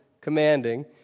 commanding